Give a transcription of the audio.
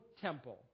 temple